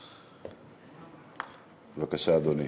בבקשה, אדוני.